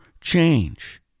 change